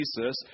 Jesus